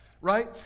right